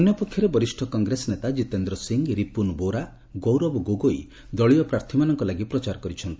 ଅନ୍ୟପକ୍ଷରେ ବରିଷ୍ଠ କଂଗ୍ରେସ ନେତା ଜିତେନ୍ଦ୍ର ସିଂହ ରିପୁନ ବୋରା ଗୌରବ ଗୋଗୋଇ ଦଳୀୟ ପ୍ରାର୍ଥୀମାନଙ୍କ ଲାଗି ପ୍ରଚାର କରିଛନ୍ତି